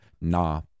nah